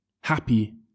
Happy